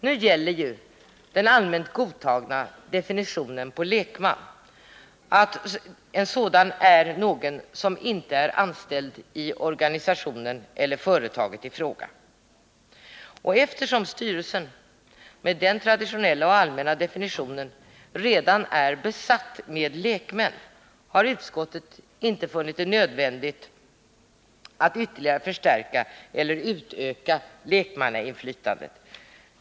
Nu gäller ju som allmänt godtagen definition på lekman att en sådan är någon som inte är anställd i organisationen eller i företaget i fråga. Och eftersom styrelsen, med den traditionella och allmänna definitionen, redan är besatt med lekmän, har utskottet inte funnit det nödvändigt att ytterligare förstärka eller utöka lekmannainflytandet.